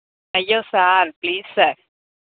అయ్యో sir please sir